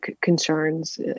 concerns